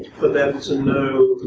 for them to know,